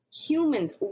humans